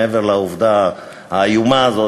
מעבר לעובדה האיומה הזאת,